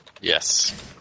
Yes